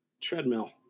treadmill